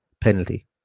penalty